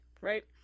right